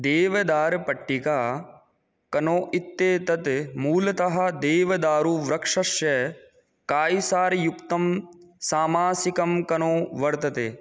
देवदारपट्टिका कनो इत्येतत् मूलतः देवदारुवृक्षस्य काय्सारयुक्तं सामासिकं कनो वर्तते